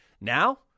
Now